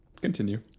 Continue